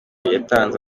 yatanze